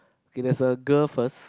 okay there's a girl first